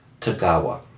Tagawa